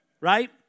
Right